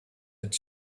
its